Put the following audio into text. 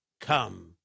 come